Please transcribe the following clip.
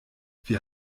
wir